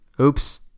oops